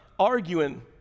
arguing